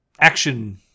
action